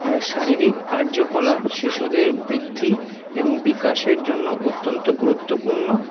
শারীরিক কার্যকলাপ শিশুদের বৃদ্ধি এবং বিকাশের জন্য অত্যন্ত গুরুত্বপূর্ণ